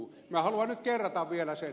minä haluan nyt kerrata vielä sen